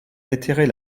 déterrer